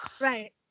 Right